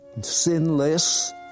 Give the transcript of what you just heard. sinless